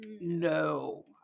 No